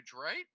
right